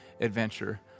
adventure